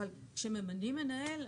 אבל כשממנים מנהל,